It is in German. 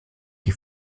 die